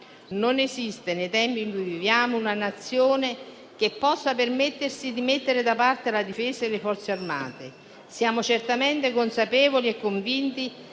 Non esiste, nei tempi in cui viviamo, una Nazione che possa permettersi di mettere da parte la difesa e le Forze armate. Siamo certamente consapevoli e convinti